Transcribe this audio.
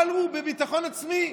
אבל הוא בביטחון עצמי,